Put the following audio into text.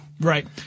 Right